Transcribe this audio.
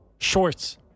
Shorts